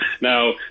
now